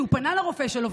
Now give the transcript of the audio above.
כי הוא פנה לרופא שלו,